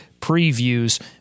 previews